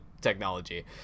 technology